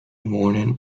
morning